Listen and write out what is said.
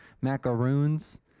macaroons